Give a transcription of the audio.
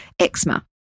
eczema